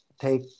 take